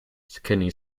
kidney